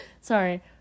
sorry